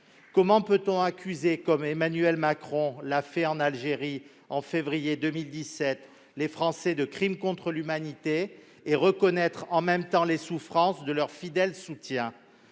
Comment peut-on accuser, comme Emmanuel Macron l'a fait en Algérie, en février 2017, les Français de crimes contre l'humanité et reconnaître en même temps les souffrances de leurs fidèles soutiens ?